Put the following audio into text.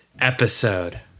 episode